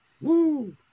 woo